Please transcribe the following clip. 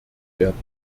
werden